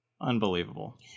Unbelievable